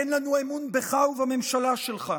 אין לנו אמון בך ובממשלה שלך,